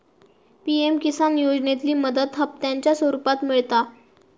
PM Kisan योजनेतली मदत हप्त्यांच्या स्वरुपात मिळता